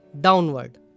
downward